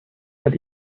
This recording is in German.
hat